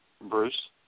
Bruce